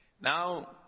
Now